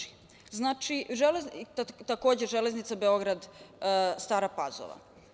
Takođe, Železnica Beograd-Stara Pazova.